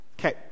Okay